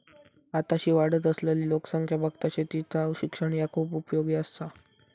आताशी वाढत असलली लोकसंख्या बघता शेतीचा शिक्षण ह्या खूप उपयोगी आसा